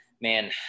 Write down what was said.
man